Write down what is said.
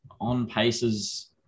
on-paces